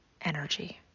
energy